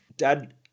Dad